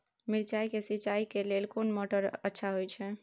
मिर्चाय के सिंचाई करे लेल कोन मोटर अच्छा होय छै?